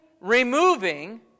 removing